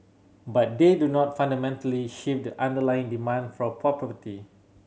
but they do not fundamentally shift the underlying demand for property